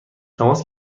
تماس